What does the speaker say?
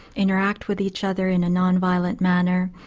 interact with each other in a non-violent manner.